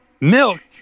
Milk